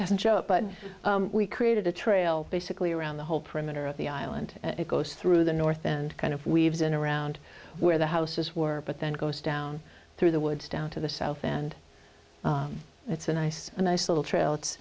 doesn't show up but we created a trail basically around the whole perimeter of the island and it goes through the north and kind of weaves in around where the houses were but then goes down through the woods down to the south and it's a nice a nice little trail it's